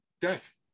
Death